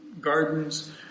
gardens